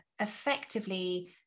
effectively